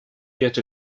yet